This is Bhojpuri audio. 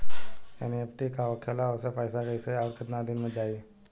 एन.ई.एफ.टी का होखेला और ओसे पैसा कैसे आउर केतना दिन मे जायी?